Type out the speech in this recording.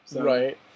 Right